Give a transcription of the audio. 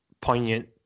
poignant